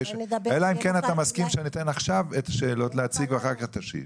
אלא אם כן אתה מסכים שאני אתן עכשיו את השאלות להציג ואחר כך תשיב.